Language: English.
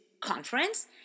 conference